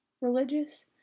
religious